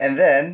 and then